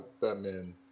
Batman